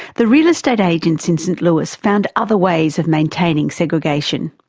the real estate agents in st louis found other ways of maintaining segregation.